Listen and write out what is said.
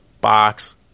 Box